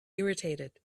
irritated